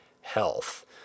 health